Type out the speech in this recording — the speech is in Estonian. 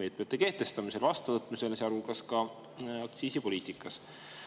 meetmete kehtestamisel ja vastuvõtmisel, sealhulgas aktsiisipoliitikas. Aga